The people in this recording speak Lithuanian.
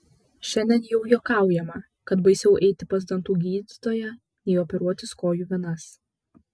šiandien jau juokaujama kad baisiau eiti pas dantų gydytoją nei operuotis kojų venas